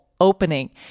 opening